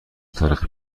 تاریخی